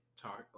talk